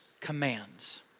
commands